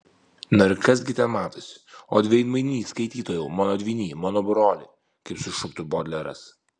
na ir kas gi ten matosi o veidmainy skaitytojau mano dvyny mano broli kaip sušuktų bodleras